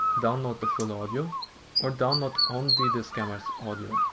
download the full audio or download only the scammer so audio.